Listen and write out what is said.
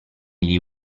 gli